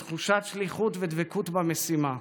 בתחושת שליחות ודבקות במשימה.